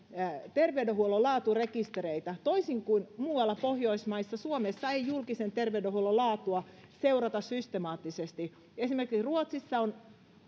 terveydenhuollon laaturekistereitä toisin kuin muualla pohjoismaissa suomessa ei julkisen terveydenhuollon laatua seurata systemaattisesti esimerkiksi ruotsissa on